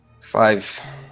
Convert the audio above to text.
five